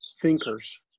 thinkers